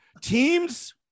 teams